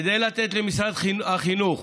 כדי לתת למשרד החינוך